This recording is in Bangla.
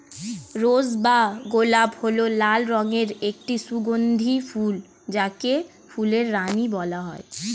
রোজ বা গোলাপ হল লাল রঙের একটি সুগন্ধি ফুল যাকে ফুলের রানী বলা হয়